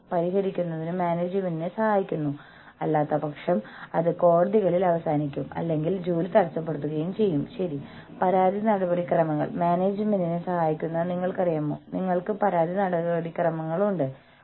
പക്ഷേ അല്ലാത്തപക്ഷം നിങ്ങൾ നിങ്ങളുടെ ജീവനക്കാരെ സന്തോഷിപ്പിക്കുകയാണെങ്കിൽ അവർക്ക് ഒരുമിച്ചുകൂടേണ്ടതിന്റെ ആവശ്യകത അനുഭവപ്പെടില്ല